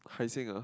Hai-Sing ah